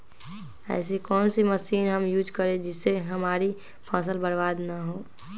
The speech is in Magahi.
ऐसी कौन सी मशीन हम यूज करें जिससे हमारी फसल बर्बाद ना हो?